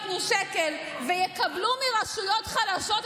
והתנחלויות לא ייתנו שקל ויקבלו מרשויות חלשות.